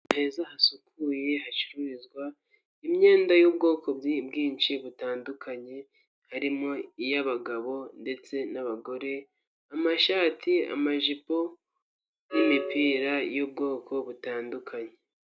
Ahantu heza hasukuye hacururizwa imyenda y'ubwoko bwinshi butandukanye harimo: iy'abagabo ndetse n'abagore, amashati, amajipo n'imipira y'ubwoko butandukanye.